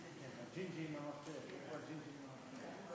כי בישיבת המליאה אמש נאמר בטעות על-ידי יושב-ראש